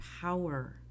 power